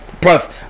plus